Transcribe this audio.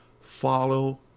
follow